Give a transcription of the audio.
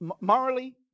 morally